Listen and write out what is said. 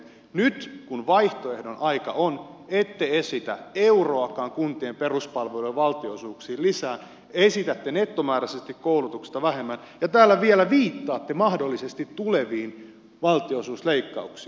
nyt kun vaihtoehdon aika on ette esitä euroakaan kuntien peruspalvelujen valtionosuuksiin lisää esitätte nettomääräisesti koulutuksesta vähemmän ja täällä vielä viittaatte mahdollisesti tuleviin valtionosuusleikkauksiin